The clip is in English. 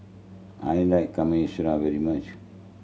I like Kamameshi very much